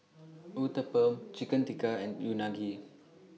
Uthapam Chicken Tikka and Unagi